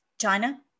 China